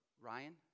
Ryan